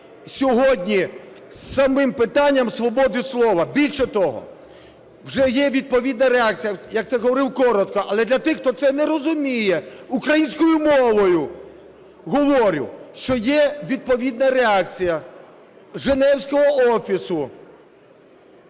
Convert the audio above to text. сьогодні самим питанням свободи слова. Більше того, вже є відповідна реакція, я це говорив коротко, але для тих, хто це не розуміє, українською мовою говорю, що є відповідна реакція Женевського офісу